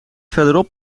verderop